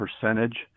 percentage